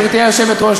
גברתי היושבת-ראש,